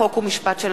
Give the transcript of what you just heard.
חוק ומשפט.